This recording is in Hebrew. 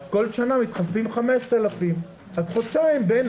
אז כל שנה מתחלפים 5,000. אז חודשיים בין